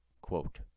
quote